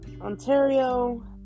Ontario